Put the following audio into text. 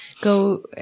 go